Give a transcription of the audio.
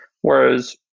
Whereas